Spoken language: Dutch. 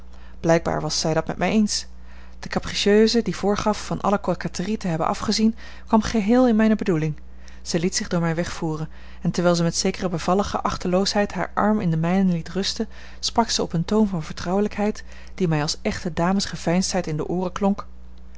blijkbaar was zij dat met mij eens de capricieuse die voorgaf van alle coquetterie te hebben afgezien kwam geheel in mijne bedoeling zij liet zich door mij wegvoeren en terwijl zij met zekere bevallige achteloosheid haar arm in den mijnen liet rusten sprak zij op een toon van vertrouwelijkheid die mij als echte damesgeveinsdheid in de ooren klonk